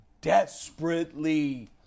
desperately